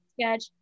sketch